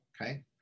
okay